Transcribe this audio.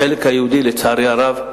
בחלק היהודי, לצערי הרב,